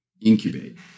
Incubate